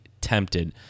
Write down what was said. tempted